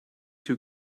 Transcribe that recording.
too